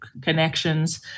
connections